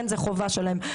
כן זו חובה שלהם.